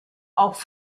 auch